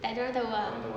tak ada orang tahu ah